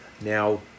Now